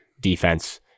defense